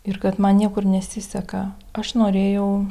ir kad man niekur nesiseka aš norėjau